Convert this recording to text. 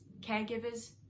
caregivers